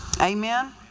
Amen